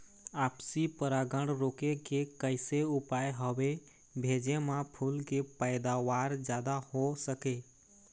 आपसी परागण रोके के कैसे उपाय हवे भेजे मा फूल के पैदावार जादा हों सके?